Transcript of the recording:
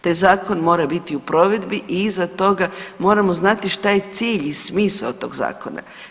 Taj zakon mora biti u provedbi i iza toga moramo znati što je cilj i smisao tog zakona.